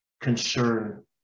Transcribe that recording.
concern